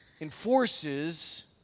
enforces